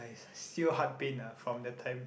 still heart pain ah from that time